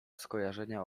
skojarzenia